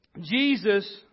Jesus